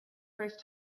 first